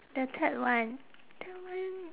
the third one third one